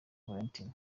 valentin